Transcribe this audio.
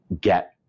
get